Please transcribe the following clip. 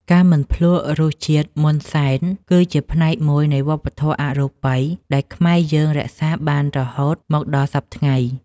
ការមិនភ្លក្សរសជាតិមុនសែន គឺជាផ្នែកមួយនៃវប្បធម៌អរូបីដែលខ្មែរយើងរក្សាបានរហូតមកដល់សព្វថ្ងៃ។